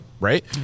right